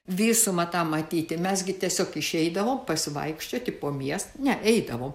visumą tą matyti mes gi tiesiog išeidavom pasivaikščioti po miestą ne eidavom